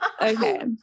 okay